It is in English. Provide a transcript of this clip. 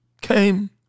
came